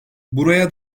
buraya